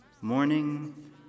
Morning